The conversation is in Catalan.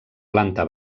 planta